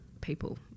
people